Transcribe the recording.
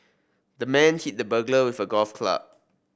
the man hit the burglar with a golf club